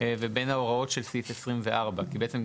ובין ההוראות של סעיף 24. כי בעצם,